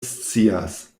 scias